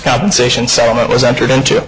compensation settlement was entered into